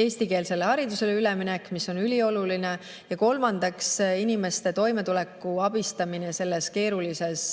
eestikeelsele haridusele üleminek, mis on ülioluline; ja kolmandaks, inimeste toimetuleku abistamine selles keerulises